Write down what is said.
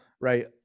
right